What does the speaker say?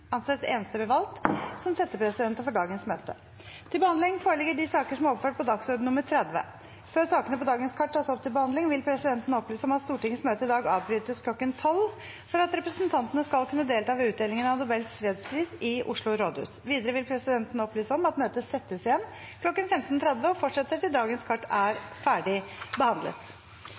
anses enstemmig valgt som settepresidenter for dagens møte. Før sakene på dagens kart tas opp til behandling, vil presidenten opplyse om at Stortingets møte i dag avbrytes kl. 12 for at representantene skal kunne delta ved utdelingen av Nobels fredspris i Oslo rådhus. Videre vil presidenten opplyse om at møtet settes igjen kl. 15.30 og fortsetter til dagens kart er